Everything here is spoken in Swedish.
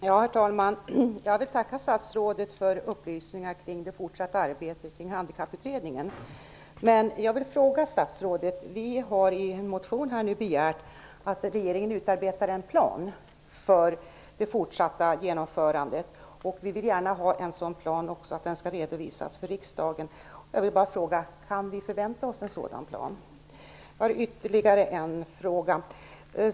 Herr talman! Jag vill tacka statsrådet för upplysningar om det fortsatta arbetet kring Jag vill ställa en fråga till statsrådet. Vi har i en motion nu begärt att regeringen utarbetar en plan för det fortsatta genomförandet. Vi vill gärna också att en sådan plan skall redovisas för riksdagen. Kan vi förvänta oss en sådan plan? Jag har ytterligare en fråga.